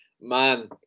man